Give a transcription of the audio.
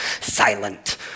silent